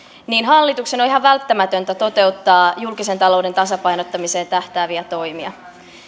hallituksen on ihan välttämätöntä toteuttaa julkisen talouden tasapainottamiseen tähtääviä toimia